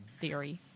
theory